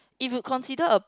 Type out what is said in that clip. if you consider a